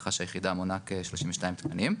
בהנחה שהיחידה מונה כ-32 תקנים.